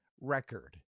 record